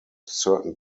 certain